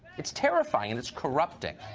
it's terrifying and it's corrupting.